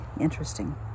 interesting